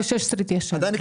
2016 התיישן.